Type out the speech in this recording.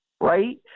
right